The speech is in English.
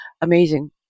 amazing